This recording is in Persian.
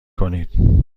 کنید